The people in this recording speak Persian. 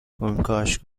کنکاش